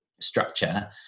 structure